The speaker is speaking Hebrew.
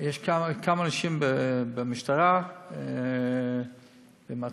יש כמה אנשים במשטרה, במעצר.